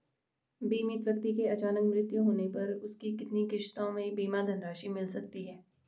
बीमित व्यक्ति के अचानक मृत्यु होने पर उसकी कितनी किश्तों में बीमा धनराशि मिल सकती है?